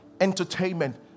Entertainment